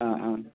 ആ ആ